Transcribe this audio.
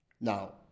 Now